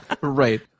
Right